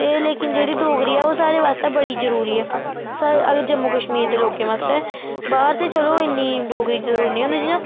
ते लेकन जेह्ड़ी डोगरी ऐ ओह् साढ़े बास्तै बड़ी जरूरी ऐ सारे अगर जम्मू कश्मीर दे लोकें बास्तै बाह्र ते चलो इन्नी डोगरी जरूरी निं होंदी जि'यां